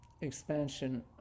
expansion